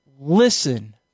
Listen